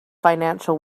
financial